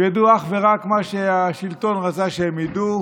הם ידעו אך ורק מה שהשלטון רצה שהם ידעו